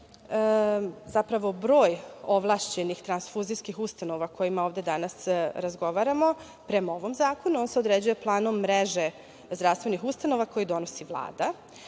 zapravo broj ovlašćenih transfuzijskih ustanova o kojima ovde danas razgovaramo prema ovom zakonu. On se određuje planom mreže zdravstvenih ustanova koji donosi Vlada